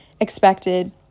expected